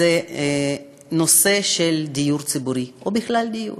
הוא הנושא של דיור ציבורי, או בכלל דיור.